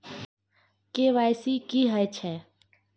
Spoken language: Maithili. के.वाई.सी की हय छै?